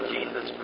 Jesus